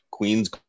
Queens